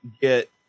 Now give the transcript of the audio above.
get